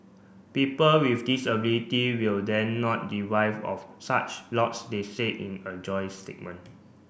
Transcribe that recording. people with disability will then not deprived of such lots they said in a joint statement